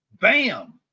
bam